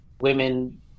women